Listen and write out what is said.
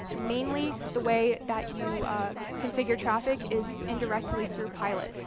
mainly the way that you configure traffic is indirectly through pilot.